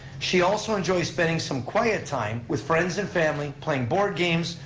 she also enjoys spending some quiet time with friends and family, playing board games,